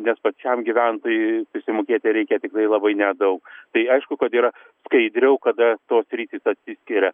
nes pačiam gyventojui prisimokėti reikia tikrai labai nedaug tai aišku kad yra skaidriau kada tos sritys atsiskiria